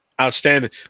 outstanding